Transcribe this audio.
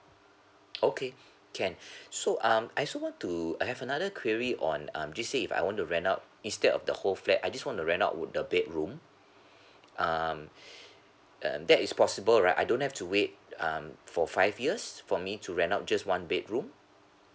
okay can so um I also want to I have another query on um just say if I want to rent out instead of the whole flat I just want to rent out would the bedroom um um that is possible right I don't have to wait um for five years for me to rent out just one bedroom